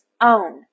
own